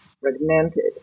fragmented